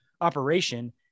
operation